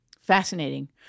Fascinating